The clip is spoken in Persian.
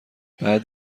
بعد